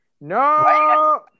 no